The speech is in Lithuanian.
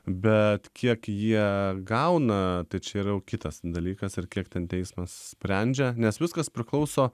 bet kiek jie gauna tai čia yra jau kitas dalykas ir kiek ten teismas sprendžia nes viskas priklauso